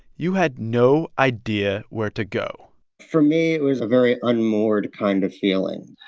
you had no idea where to go for me, it was a very unmoored kind of feeling.